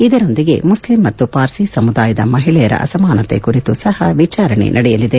ಇದರೊಂದಿಗೆ ಮುಸ್ಲಿಂ ಮತ್ತು ಪಾರ್ಸಿ ಸಮುದಾಯದ ಮಹಿಳೆಯರ ಅಸಮಾನತೆ ಕುರಿತು ಸಹ ವಿಚಾರಣೆ ನಡೆಯಲಿದೆ